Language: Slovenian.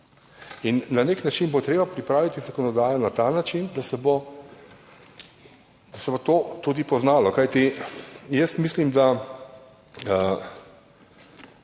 Na nek način bo treba pripraviti zakonodajo na ta način, da se bo to tudi poznalo. Mislim, da